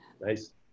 nice